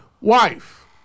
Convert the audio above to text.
wife